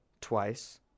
twice